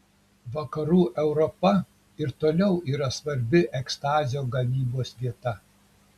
vakarų europa ir toliau yra svarbi ekstazio gamybos vieta